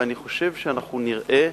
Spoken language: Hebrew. ואני חושב שאנחנו נראה,